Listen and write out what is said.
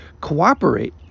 cooperate